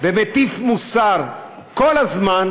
ומטיף מוסר כל הזמן,